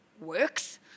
works